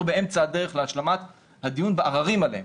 באמצע הדרך להשלמת הדיון בערערים האלה,